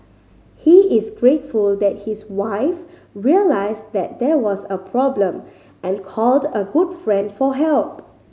he is grateful that his wife realised that there was a problem and called a good friend for help